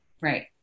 right